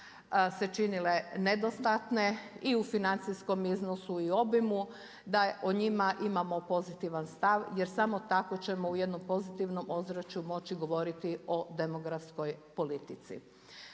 se činile nedostatne i u financijskom iznosu i obimu, da o njima imamo pozitivan stav jer samo tako ćemo u jednom pozitivnom ozračju moći govoriti o demografskoj politici.